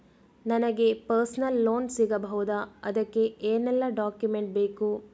ನನಗೆ personal loan ಸಿಗಬಹುದ ಅದಕ್ಕೆ ಏನೆಲ್ಲ ಡಾಕ್ಯುಮೆಂಟ್ ಬೇಕು?